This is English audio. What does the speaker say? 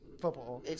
football